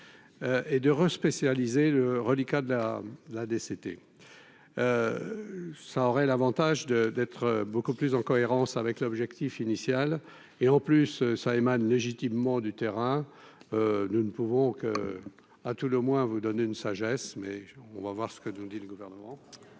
et de respect, c'est Alizée, le reliquat de la la DCT ça aurait l'Avantage de d'être beaucoup plus en cohérence avec l'objectif initial et en plus ça émane légitimement du terrain, nous ne pouvons qu'à tout le moins, vous donnez une sagesse mais on va voir ce que nous dit le gouvernement.